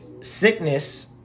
sickness